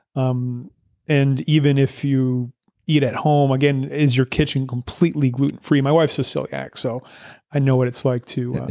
um and even if you eat at home, again, is your kitchen completely gluten free? my wife's a celiac, so i know what it's like to